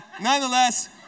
nonetheless